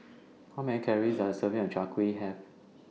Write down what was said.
How Many Calories Does A Serving of Chai Kueh Have